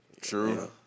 True